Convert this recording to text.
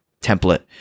template